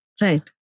Right